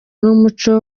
n’umuco